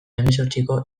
hemezortziko